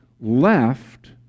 left